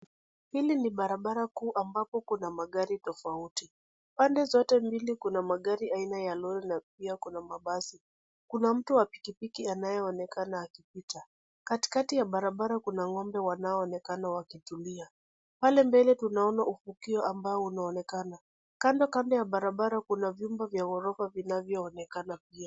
Hili ni barabara kuu ambapo kuna magari tofauti. Pande zote mbili kuna magari aina ya lori na pia kuna mabasi. Kuna mtu wa pikipiki anayeonekana akipita. Katikati ya barabara kuna ng'ombe wanaonekana wakitulia. Pale mbele tunaona ufukio ambao unaonekana. Kando kando ya barabara kuna vyumba vya ghorofa vinavyoonekana pia.